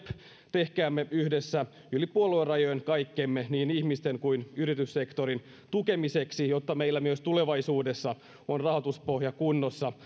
tehkäämme yhdessä yli puoluerajojen kaikkemme niin ihmisten kuin yrityssektorin tukemiseksi jotta meillä myös tulevaisuudessa on rahoituspohja kunnossa